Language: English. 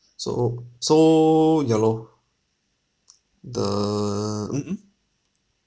so so ya lor the mm mm